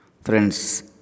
Friends